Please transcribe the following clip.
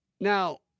Now